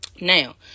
Now